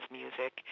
music